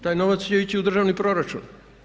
Taj novac će ići u državni proračun?